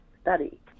study